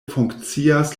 funkcias